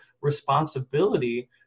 responsibility